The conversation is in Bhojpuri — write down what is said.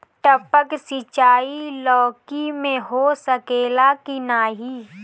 टपक सिंचाई लौकी में हो सकेला की नाही?